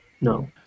no